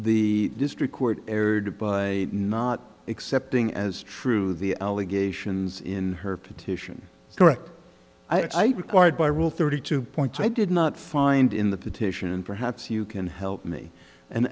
the district court erred by not accepting as true the allegations in her petition correct i required by rule thirty two point two i did not find in the petition and perhaps you can help me an